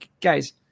guys